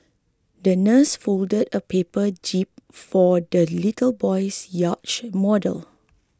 the nurse folded a paper jib for the little boy's yacht model